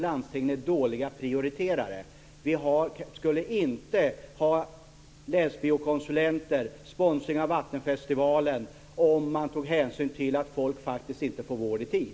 Landstingen är dåliga prioriterare. Vi skulle inte ha länsbiokonsulenter och sponsring av Vattenfestivalen om man tog hänsyn till att människor faktiskt inte får vård i tid.